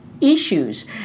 issues